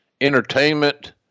entertainment